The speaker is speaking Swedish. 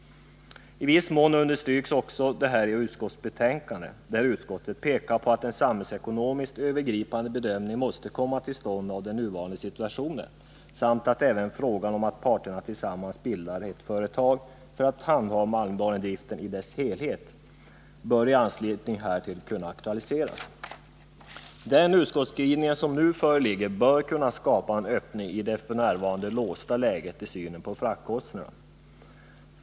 I viss mån understryks detta också i utskottsbetänkandet, där utskottet pekar på att en övergripande samhällsekonomisk bedömning av den nuvarande situationen bör komma till stånd och att man i anslutning härtill även bör aktualisera frågan om att parterna tillsammans skulle kunna bilda ett företag för att handha malmbanedriften i dess helhet. Med den utskottsskrivning som nu föreligger bör man kunna skapa en öppning i det f. n. låsta läget när det gäller synen på fraktkostnaderna för malmbanan.